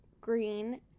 green